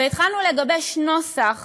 והתחלנו לגבש נוסח